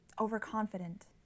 overconfident